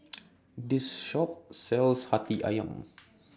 This Shop sells Hati Ayam